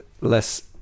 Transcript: less